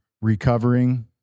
recovering